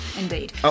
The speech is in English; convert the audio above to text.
Indeed